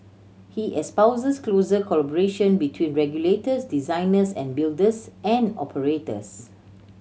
he espouses closer collaboration between regulators designers and builders and operators